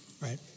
Right